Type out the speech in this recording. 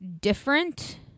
different